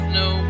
no